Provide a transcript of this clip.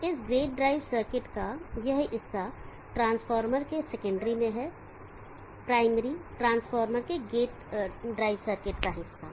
इस gate drive circuit का यह हिस्सा ट्रांसफार्मर के सेकेंडरी में है प्राइमरी ट्रांसफार्मर के गेट ड्राइव सर्किट का यह हिस्सा